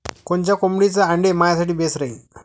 कोनच्या कोंबडीचं आंडे मायासाठी बेस राहीन?